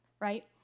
right